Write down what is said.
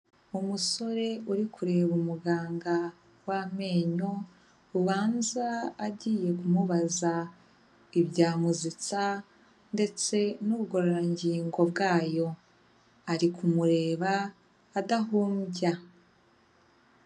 Umusore uri kureba umuganga w'amenyo, ubanza agiye kumubaza ibya muzita ndetse n'ubugororangingo bwayo, ari kumureba adahumbya.